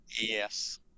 Yes